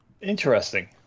Interesting